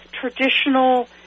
traditional